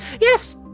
yes